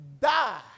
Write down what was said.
die